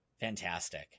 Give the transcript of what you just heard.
Fantastic